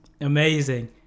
amazing